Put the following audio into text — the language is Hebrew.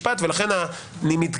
זאת גם ההוראה המשטרית שעליה לא ניתן